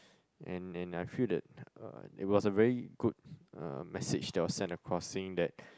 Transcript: and and I feel that uh it was a very good uh message that was sent across saying that